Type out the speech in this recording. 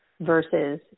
versus